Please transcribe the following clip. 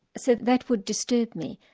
so that would disturb me.